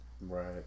right